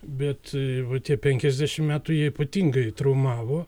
bet va tie penkiasdešim metų jie ypatingai traumavo